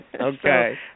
Okay